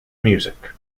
music